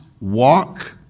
walk